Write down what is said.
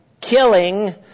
killing